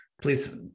Please